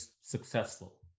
successful